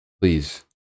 please